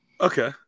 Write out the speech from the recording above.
Okay